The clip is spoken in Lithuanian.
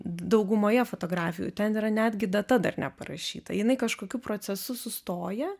daugumoje fotografijų ten yra netgi data dar neparašyta jinai kažkokiu procesu sustoja